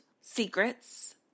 secrets